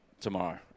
tomorrow